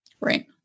Right